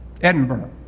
Edinburgh